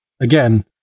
again